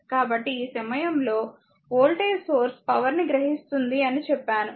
కాబట్టి ఈ సమయంలో వోల్టేజ్ సోర్స్ పవర్ ని గ్రహిస్తుంది అని చెప్పాను